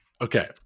Okay